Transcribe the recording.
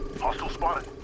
of my